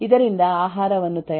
ಇದರಿಂದ ಆಹಾರವನ್ನು ತಯಾರಿಸಬಹುದು